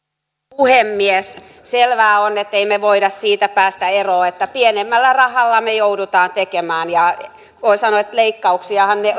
puhemies selvää on ettemme me voi päästä eroon siitä että pienemmällä rahalla me joudumme tekemään ja voin sanoa että leikkauksiahan ne